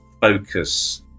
focus